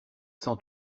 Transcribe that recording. sans